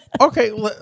Okay